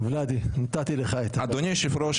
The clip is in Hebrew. אדוני היושב ראש,